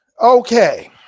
Okay